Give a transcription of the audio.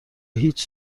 هیچ